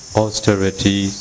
austerity